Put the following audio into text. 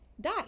die